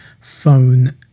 phone